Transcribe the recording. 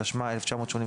התשמ"א-1981"